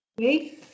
Okay